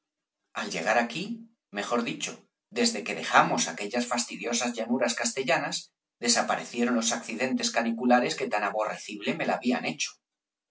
al llegar aquí mejor dicho desde que dejamos aquellas fastidiosas llanuras castellanas desaparecieron los accidentes caniculares que tan aborrecible me la habían hecho